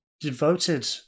devoted